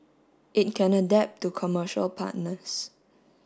it can adapt to commercial partners